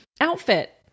outfit